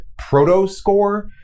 ProtoScore